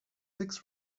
six